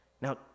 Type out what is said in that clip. Now